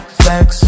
flex